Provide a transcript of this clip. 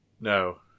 No